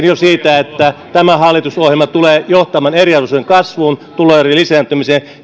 jo siitä että tämä hallitusohjelma tulee johtamaan eriarvoisuuden kasvuun tuloerojen lisääntymiseen